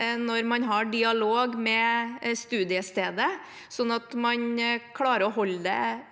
når man har dialog med studiestedet, sånn at man klarer å holde